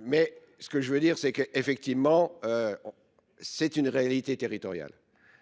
Mais ce que je veux dire, c'est qu'effectivement, c'est une réalité territoriale.